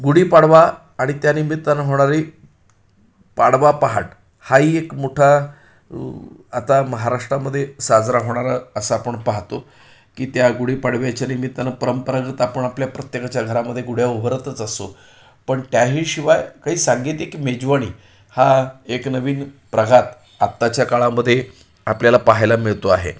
गुढीपाडवा आणि त्या निमित्तानं होणारी पाडवा पहाट हाही एक मोठा आता महाराष्ट्रामध्ये साजरा होणारा असा आपण पाहतो की त्या गुढीपाडव्याच्या निमित्ताने परंपरागत आपण आपल्या प्रत्येकाच्या घरामध्ये गुढ्या उभारतच असतो पण त्याही शिवाय काही सांगीतिक मेजवानी हा एक नवीन प्रघात आत्ताच्या काळामध्ये आपल्याला पाहायला मिळतो आहे